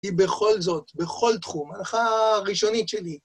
היא בכל זאת, בכל תחום, ההלכה הראשונית שלי.